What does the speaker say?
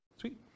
Sweet